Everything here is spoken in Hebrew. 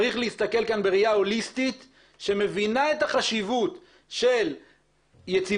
צריך להסתכל כאן בראייה הוליסטית שמבינה את החשיבות של יציבות